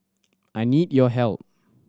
I need your help